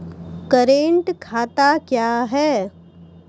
Current खाता क्या हैं?